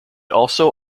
also